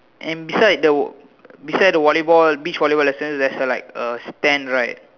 and beside the beside the volleyball beach volleyball lesson there's a like a stand right